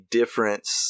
difference